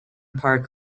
park